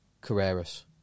Carreras